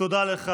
תודה לך.